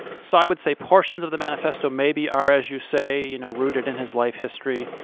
so i would say portions of the manifesto maybe are, as you say, you know, rooted in his life history,